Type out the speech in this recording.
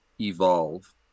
evolve